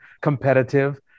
competitive